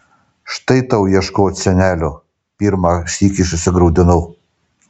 štai tau ieškot senelio pirmą sykį susigraudinau